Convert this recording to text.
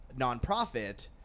nonprofit